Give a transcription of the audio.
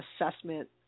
assessment